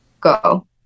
Go